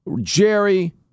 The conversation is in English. Jerry